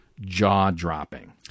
jaw-dropping